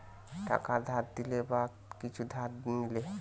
টাকা ধার দিলে বা কিছু ধার লিলে